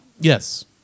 Yes